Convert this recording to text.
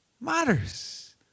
matters